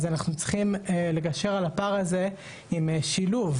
אז אנחנו צריכים לגשר על הפער הזה עם שילוב.